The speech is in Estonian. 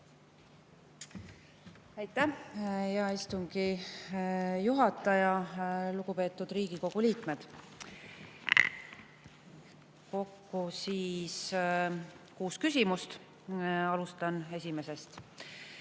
Aitäh, hea istungi juhataja! Lugupeetud Riigikogu liikmed! Kokku siis kuus küsimust. Alustan esimesest.